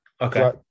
Okay